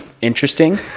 interesting